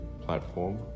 platform